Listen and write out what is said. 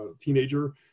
teenager